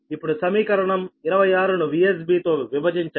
ఇప్పుడు సమీకరణం 26 ను VsB తో విభజించండి